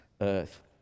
earth